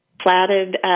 platted